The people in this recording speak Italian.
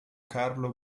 carlo